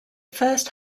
first